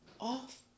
off